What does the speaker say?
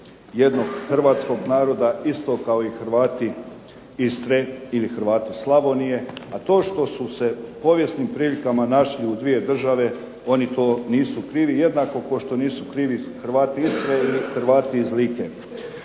jednog Hrvatskog naroda isto kao Hrvati Istre ili Hrvati Slavonije,a to što su se povijesnim prilikama našli u dvije države, to oni nisu krivi, jednako kao što nisu krivi Hrvati iz Istre i Hrvati iz Like.